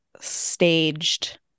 staged